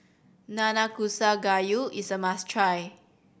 Nanakusa Gayu is a must try